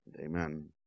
Amen